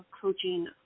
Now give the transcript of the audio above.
coaching